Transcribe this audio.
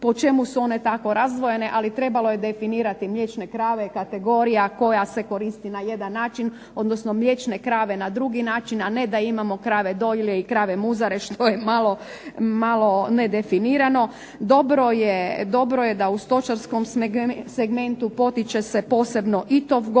po čemu su one tako razdvojene, ali trebalo je definirati mliječne krave kategorija koja se koristi na jedan način, odnosno mliječne krave na drugi način, a ne da imamo krave dojilje i krave muzare što je malo nedefinirano. Dobro je da u stočarskom segmentu potiče se posebno i tov goveda,